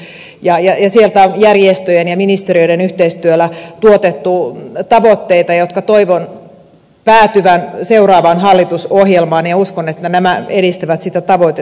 erofoorumi on kokoontunut ja sieltä on järjestöjen ja ministeriöiden yhteistyöllä tuotettu tavoitteita joiden toivon päätyvän seuraavaan hallitusohjelmaan ja uskon että nämä edistävät sitä tavoitetta todellakin